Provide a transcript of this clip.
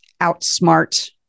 outsmart